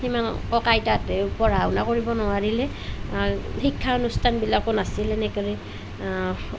সিমান ককা আইতাহঁতে পঢ়া শুনা কৰিব নোৱাৰিলে শিক্ষানুষ্ঠানবিলাকো নাছিলে তেনেদৰে